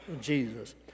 Jesus